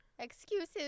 excuses